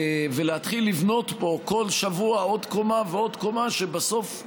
ולהתחיל לבנות פה כל שבוע עוד קומה ועוד קומה שבסוף,